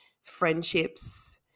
friendships